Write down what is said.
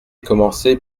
commencée